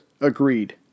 agreed